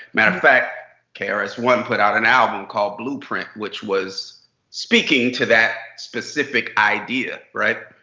matter of fact, k r s one put out an album called blueprint, which was speaking to that specific idea. right?